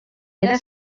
era